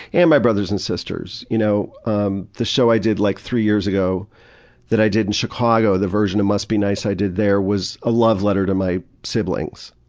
and my brothers and sisters. you know um the show i did like three years ago that i did in chicago, the version of must be nice i did there was a love letter to my siblings.